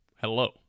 hello